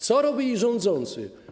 Co robili rządzący?